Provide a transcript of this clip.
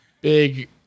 Big